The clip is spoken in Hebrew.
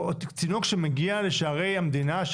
תינוק שמגיע לשערי המדינה,